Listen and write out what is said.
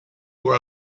were